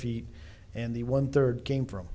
feet and the one third came from